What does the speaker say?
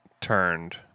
turned